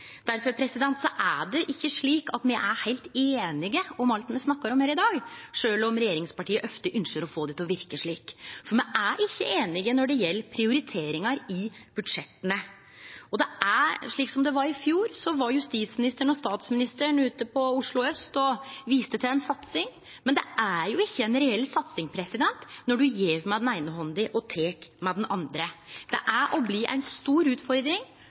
Derfor er det ikkje slik at me er heilt einige om alt me snakkar om her i dag, sjølv om regjeringspartia ofte ynskjer å få det til å verke slik. For me er ikkje einige når det gjeld prioriteringar i budsjetta. I fjor var justisministeren og statsministeren i Oslo aust og viste til ei satsing. Men det er ikkje ei reell satsing når ein gjev med den eine handa og tek med den andre. Det er og blir ei stor utfordring,